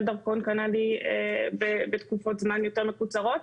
דרכון קנדי בתקופות זמן יותר מקוצרות.